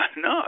no